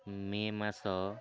ମେ ମାସ